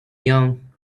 young